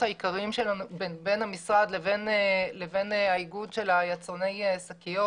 העיקריים בין המשרד לבין האיגוד של יצרני השקיות